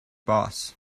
boss